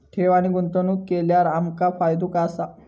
ठेव आणि गुंतवणूक केल्यार आमका फायदो काय आसा?